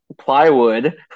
plywood